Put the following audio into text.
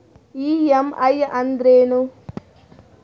EMI ಅಂದ್ರೇನು?